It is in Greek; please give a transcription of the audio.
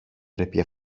πρέπει